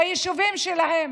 ביישובים שלהם.